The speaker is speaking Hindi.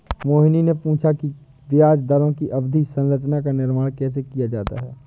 मोहिनी ने पूछा कि ब्याज दरों की अवधि संरचना का निर्माण कैसे किया जाता है?